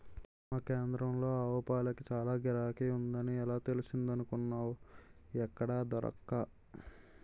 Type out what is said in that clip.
మా కేంద్రంలో ఆవుపాలకి చాల గిరాకీ ఉందని ఎలా తెలిసిందనుకున్నావ్ ఎక్కడా దొరక్క